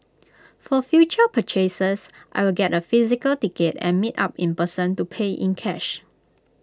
for future purchases I will get A physical ticket and meet up in person to pay in cash